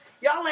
y'all